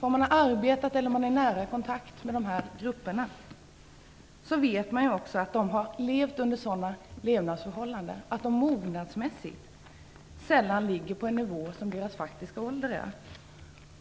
När man arbetat med eller haft nära kontakt med dessa grupper vet man också att de har levt sådana levnadsförhållanden att de mognadsmässigt sällan ligger på en nivå som deras faktiska ålder skulle förutsätta.